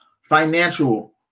financial